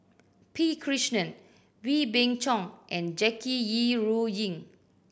P Krishnan Wee Beng Chong and Jackie Yi Ru Ying